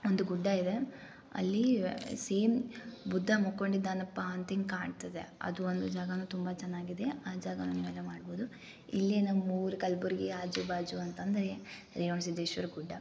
ಒಂದು ಗುಡ್ಡಯಿದೆ ಅಲ್ಲಿ ಸೇಮ್ ಬುದ್ಧ ಮಲ್ಕೊಂಡಿದ್ದಾನಪ್ಪ ಅಂತಿಂಗೆ ಕಾಣ್ತದೆ ಅದು ಒಂದು ಜಾಗ ತುಂಬ ಚೆನ್ನಾಗಿದೆ ಆ ಜಾಗ ಮೇಲೆ ಮಾಡ್ಬೋದು ಇಲ್ಲಿ ನಮ್ಮೂರು ಕಲ್ಬುರ್ಗಿ ಆಜು ಬಾಜು ಅಂತಂದರೆ ರೇವಣ ಸಿದ್ದೇಶ್ವರ ಗುಡ್ಡ